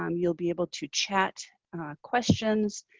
um you'll be able to chat questions.